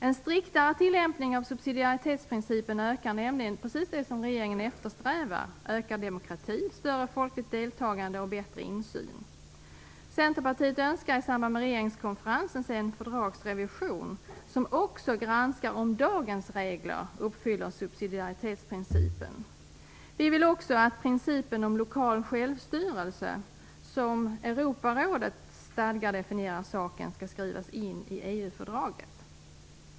En striktare tillämpning av subsidiaritetsprincipen ökar nämligen precis det som regeringen eftersträvar: ökad demokrati, större folkligt deltagande och bättre insyn. Centerpartiet önskar i samband med regeringskonferensen se en fördragsrevision som också granskar om dagens regler uppfyller subsidiaritetsprincipen. Vi vill också att principen om lokal självstyrelse, som Europarådets stadga definierar saken, skall skrivas in i EU-fördraget.